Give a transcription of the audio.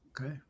Okay